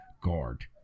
guard